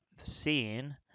scene